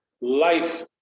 life